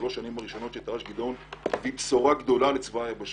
שלוש השנים הראשונות של תר"ש גדעון הביאו בשורה גדולה לצבא היבשה.